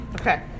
Okay